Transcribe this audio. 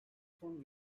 son